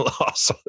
lost